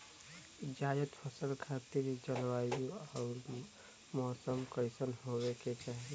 जायद फसल खातिर जलवायु अउर मौसम कइसन होवे के चाही?